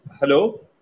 Hello